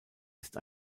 ist